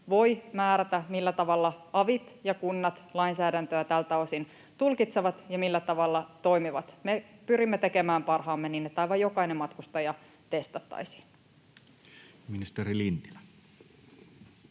— määrätä, millä tavalla avit ja kunnat lainsäädäntöä tältä osin tulkitsevat ja millä tavalla toimivat. Me pyrimme tekemään parhaamme niin, että aivan jokainen matkustaja testattaisiin. Ministeri Lintilä.